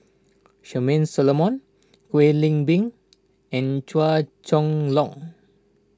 Charmaine Solomon Kwek Leng Beng and Chua Chong Long